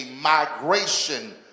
migration